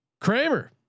Kramer